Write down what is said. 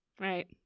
Right